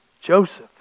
Joseph